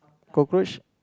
cockroach